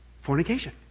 Fornication